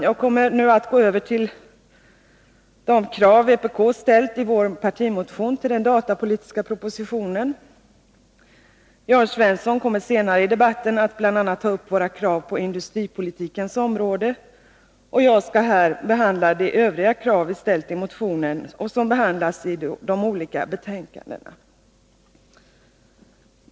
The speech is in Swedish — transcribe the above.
Jag kommer nu att gå över till de krav vpk ställt i vår partimotion med anledning av den datapolitiska propositionen. Jörn Svensson kommer senare i debatten att bl.a. ta upp våra krav på industripolitikens område, och jag skall här behandla de övriga krav vi ställt i motionen och som behandlas i de olika betänkandena.